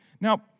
Now